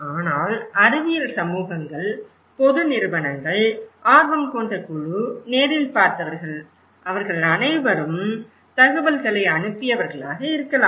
ஆனால் அறிவியல் சமூகங்கள் பொது நிறுவனங்கள் ஆர்வம் கொண்ட குழு நேரில் பார்த்தவர்கள் அவர்கள் அனைவரும் தகவல்களை அனுப்பியவர்களாக இருக்கலாம்